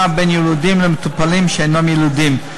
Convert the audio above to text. בין יילודים למטופלים שאינם יילודים.